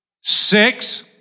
six